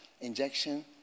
injection